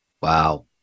Wow